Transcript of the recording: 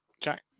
Jack